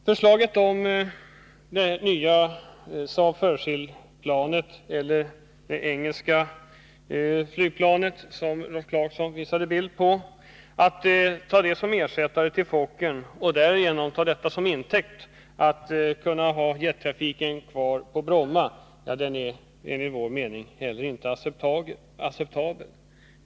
Förslaget att med det nya Saab-Fairchildplanet, eller med det engelska flygplan som Rolf Clarkson visade bild på, ersätta Fokkern och ta detta till intäkt för att ha kvar jettrafiken på Bromma är enligt vår mening inte heller acceptabelt.